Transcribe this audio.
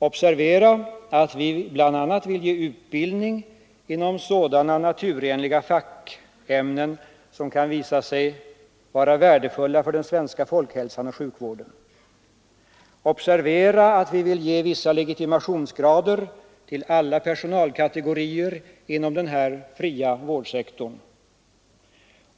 Observera att vi bl.a. vill ge utbildning inom sådana naturenliga fackämnen som kan visa sig vara värdefulla för den svenska folkhälsan och sjukvården! Observera att vi vill ge vissa legitimationsgrader till alla personalkategorier inom den här ”fria vårdsektorn”!